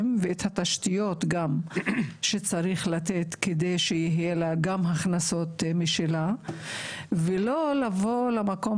ואת התשתיות גם שצריך לתת כדי שיהיה לה גם הכנסות משלה ולא לבוא למקום